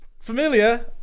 familiar